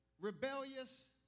rebellious